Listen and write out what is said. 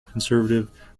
conservative